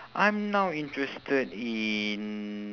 I'm now interested in